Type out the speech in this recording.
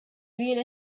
real